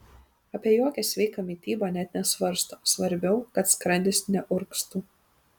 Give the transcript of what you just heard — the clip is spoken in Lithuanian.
apie jokią sveiką mitybą net nesvarsto svarbiau kad skrandis neurgztų